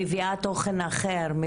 מביאה תוכן אחר,